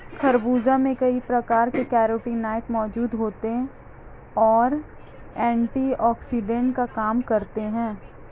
खरबूज में कई प्रकार के कैरोटीनॉयड मौजूद होते और एंटीऑक्सिडेंट का काम करते हैं